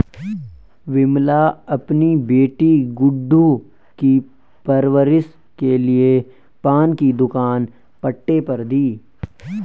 विमला अपनी बेटी गुड्डू की परवरिश के लिए पान की दुकान पट्टे पर दी